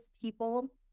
people